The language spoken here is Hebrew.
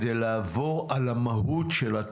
מוקד טלפוני וכו'.